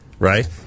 Right